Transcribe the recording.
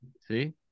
See